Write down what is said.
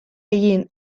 egin